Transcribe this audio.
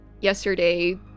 yesterday